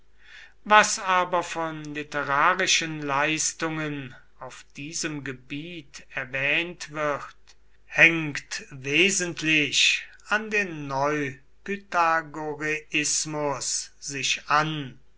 was aber von literarischen leistungen auf diesem gebiet erwähnt wird hängt wesentlich an den neupythagoreismus sich an